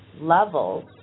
levels